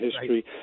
history